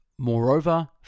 moreover